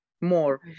more